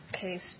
case